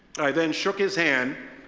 i then shook his hand,